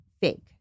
fake